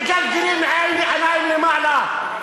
מגלגלים עיניים למעלה.